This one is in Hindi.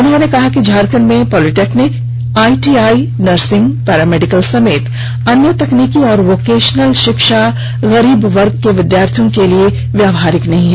उन्होंने कहा कि झारखंड में पॉलिटेक्निक आईटीआई नर्सिंग पारामेडिकल समेत अन्य तकनीकी और वोकेशनल शिक्षा गरीब वर्ग के विद्यार्थियों के लिए व्यावहारिक नहीं है